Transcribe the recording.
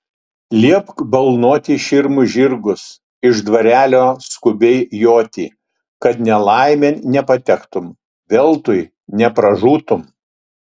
liepk balnoti širmus žirgus iš dvarelio skubiai joti kad nelaimėn nepatektum veltui nepražūtum